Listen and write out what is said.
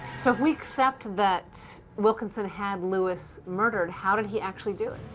so if we accept that wilkinson had lewis murdered, how did he actually do it?